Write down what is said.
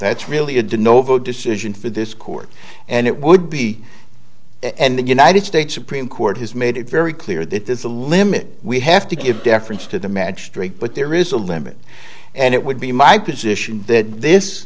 that's really a dunno vote decision for this court and it would be and the united states supreme court has made it very clear that there's a limit we have to give deference to the magistrate but there is a limit and it would be my position that this